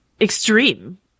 extreme